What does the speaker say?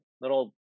little